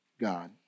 God